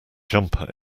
jumper